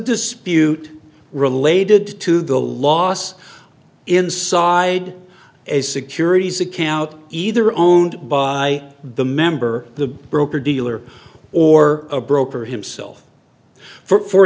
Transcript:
dispute related to the loss inside a securities account either own by the member the broker dealer or a broker himself for